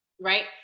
right